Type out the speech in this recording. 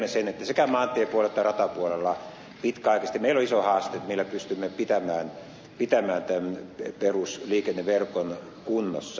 tiedämme sen että sekä maantiepuolella että ratapuolella pitkäaikaisesti meillä on iso haaste millä pystymme pitämään perusliikenneverkon kunnossa